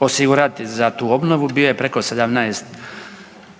osigurati za tu obnovu bio je preko 17